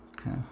Okay